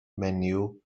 menyw